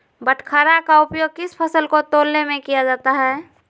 बाटखरा का उपयोग किस फसल को तौलने में किया जाता है?